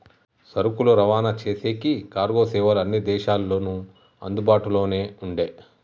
సరుకులు రవాణా చేసేకి కార్గో సేవలు అన్ని దేశాల్లోనూ అందుబాటులోనే ఉండే